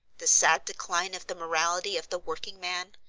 the sad decline of the morality of the working man,